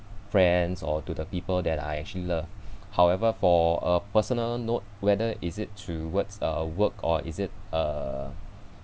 friends or to the people that I actually love however for a personal note whether is it towards uh work or is it uh